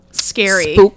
Scary